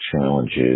challenges